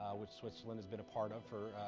which switzerland has been a part of for,